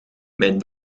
mijn